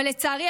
אבל לצערי,